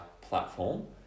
platform